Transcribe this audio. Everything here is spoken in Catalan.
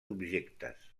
objectes